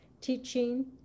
teaching